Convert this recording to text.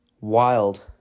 wild